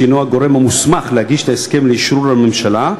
שהנו הגורם המוסמך להגיש את ההסכם לאשרור הממשלה,